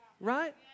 right